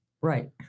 Right